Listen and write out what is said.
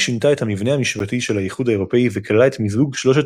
היא שינתה את המבנה המשפטי של האיחוד האירופי וכללה את מיזוג שלושת